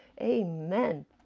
Amen